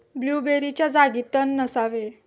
ब्लूबेरीच्या जागी तण नसावे